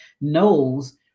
knows